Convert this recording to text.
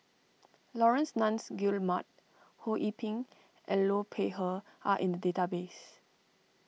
Laurence Nunns Guillemard Ho Yee Ping and Liu Peihe are in the database